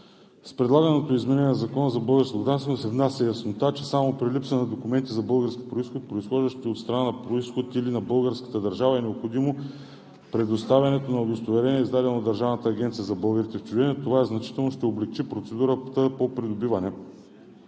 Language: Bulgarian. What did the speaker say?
С предлаганото изменение на Закона за българското гражданство се внася яснота, че само при липса на документи за български произход, произхождащи от страната на произход или от българската държава, е необходимо представянето на удостоверение, издадено от Държавната агенция за българите в чужбина. Това значително ще облекчи процедурата по придобиване